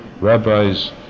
Rabbis